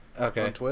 Okay